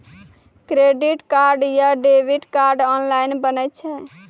Credit card या debit card online बनै छै?